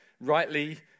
rightly